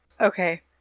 Okay